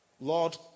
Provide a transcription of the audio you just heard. Lord